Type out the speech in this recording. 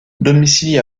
domicilié